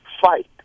fight